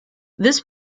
this